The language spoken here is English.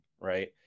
Right